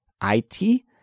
I-T